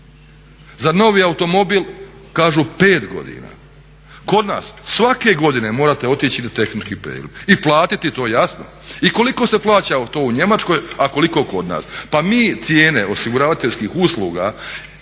Za novi automobil kažu 5 godina. Kod nas svake godine morate otići na tehnički pregled i platiti to jasno. I koliko se plaća to u Njemačkoj, a koliko kod nas? Pa mi cijene osiguravateljskih usluga